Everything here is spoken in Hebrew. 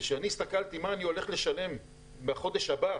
אבל כשאני הסתכלתי אתמול מה אני הולך לשלם בחודש הבא,